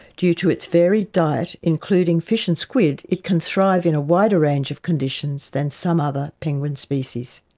due to its varied diet, including fish and squid, it can thrive in a wider range of conditions than some other penguin species.